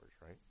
right